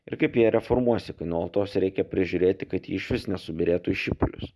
ir kaip ją reformuosi kai nuolatos reikia prižiūrėti kad išvis nesubyrėtų į šipulius